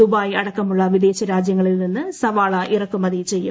Dubai അടക്കമുള്ള വിദേശരാജ്യങ്ങളിൽ നിന്ന് സവാള ഇറക്കുമതി ഉചയ്യും